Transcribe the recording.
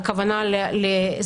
על כוונה לסגרים,